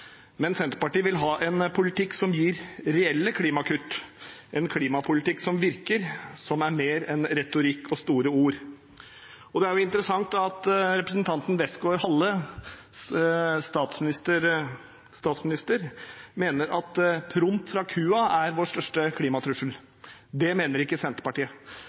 Men Senterpartiet vil ha en politikk som gir reelle klimakutt, en klimapolitikk som virker, som er mer enn retorikk og store ord. Det er jo interessant at representanten Westgaard-Halles statsminister mener at promp fra kua er vår største klimatrussel. Det mener ikke Senterpartiet.